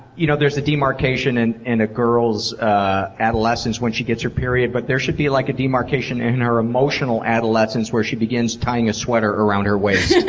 you know. there's a demarcation in and a girl's adolescence when she gets her period but there should be like a demarcation in our emotional adolescence where begins tying a sweater around her waist.